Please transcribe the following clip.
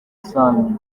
sanyu